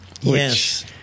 Yes